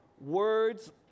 words